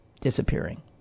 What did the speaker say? disappearing